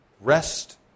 rest